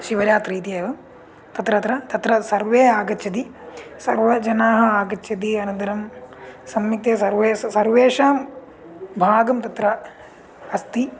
शिवरात्रिः इति एव तत्र तत्र सर्वे आगच्छन्ति सर्वे जनाः आगच्छन्ति अनन्तरं सम्यक्तया सर्वासु सर्वेषां भागं तत्र अस्ति